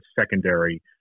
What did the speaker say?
secondary